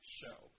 show